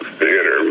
theater